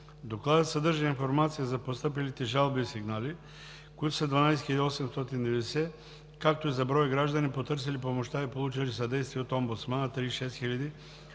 Докладът съдържа информация за постъпилите жалби и сигнали, които са 12 890, както и за броя граждани, потърсили помощта и получили съдействие от омбудсмана – 36 892,